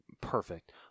perfect